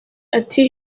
ati